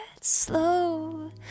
slow